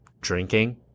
drinking